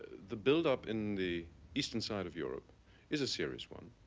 the buildup in the eastern side of europe is a serious one.